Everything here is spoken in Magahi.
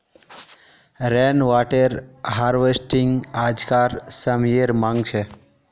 रेन वाटर हार्वेस्टिंग आज्कार समयेर मांग छे